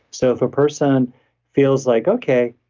so if a person feels like, okay,